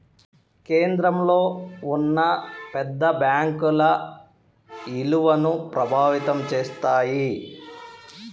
కేంద్రంలో ఉన్న పెద్ద బ్యాంకుల ఇలువను ప్రభావితం చేస్తాయి